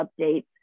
updates